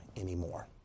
anymore